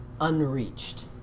unreached